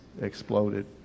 exploded